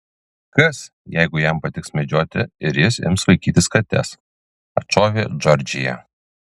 kas jeigu jam patiks medžioti ir jis ims vaikytis kates atšovė džordžija